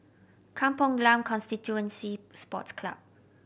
Kampong Glam Constituency Sports Club